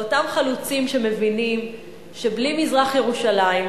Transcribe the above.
לאותם חלוצים שמבינים שבלי מזרח-ירושלים,